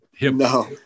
No